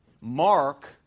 Mark